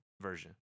version